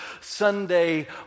Sunday